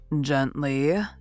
Gently